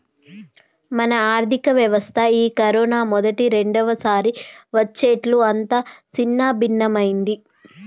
మన ఆర్థిక వ్యవస్థ ఈ కరోనా మొదటి రెండవసారి వచ్చేట్లు అంతా సిన్నభిన్నమైంది